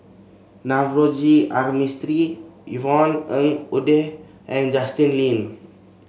Navroji R Mistri Yvonne Ng Uhde and Justin Lean